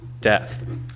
death